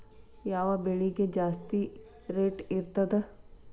ಯಾವ ಬೆಳಿಗೆ ಜಾಸ್ತಿ ರೇಟ್ ಇರ್ತದ?